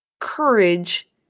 courage